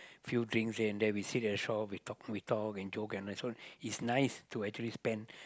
few drinks here and there we sit at the shop we talk we talk and joke and the it's nice to actually spend